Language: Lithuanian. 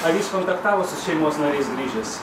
ar jis kontaktavo su šeimos nariais grįžęs